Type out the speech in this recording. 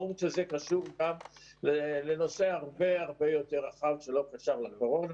ברור שזה קשור גם לנושא הרבה הרבה יותר רחב שלא קשור לקורונה,